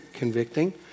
convicting